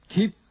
Keep